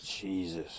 jesus